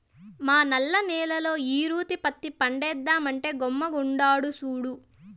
మా నల్ల నేల్లో ఈ తూరి పత్తి పంటేద్దామంటే గమ్ముగుండాడు సూడు